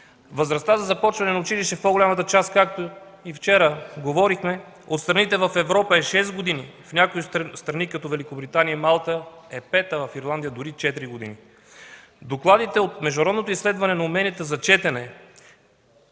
Възрастта за започване на училище в по-голямата част, както и вчера говорихме, от страните в Европа е 6 години, в някои страни, като Великобритания и Малта, е 5 години, а в Ирландия – дори 4 години. Докладите от международното изследване на уменията за четене